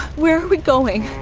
where are we going?